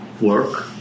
work